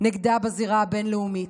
נגדה בזירה הבין-לאומית.